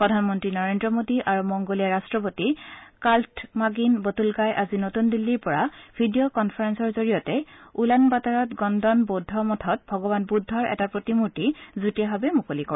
প্ৰধানমন্ত্ৰী নৰেন্দ্ৰ মোদী আৰু মংগোলীয়াৰ ৰাট্টপতি খাৰ্ট্টমাগিন বটুল্লগাই আজি নতুন দিল্লীৰ পৰা ভিডিঅ কনফাৰেনৰ জৰিয়তে উলানবাটাৰৰ গণ্ডন বৌদ্ধ মঠত ভগৱান বুদ্ধৰ এটা প্ৰতিমূৰ্তি যুটীয়াভাৱে মুকলি কৰে